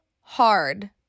hard